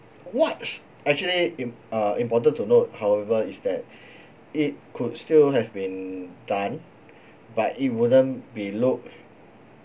watch actually imp~ uh important to note however is that it could still have been done but it wouldn't be look